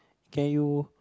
can you